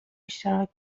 اشتراک